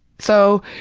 so,